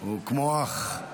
הוא כמו אח.